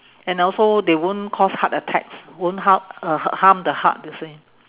and also they won't cause heart attacks won't harm uh h~ harm the heart you see